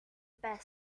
best